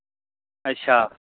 अच्छा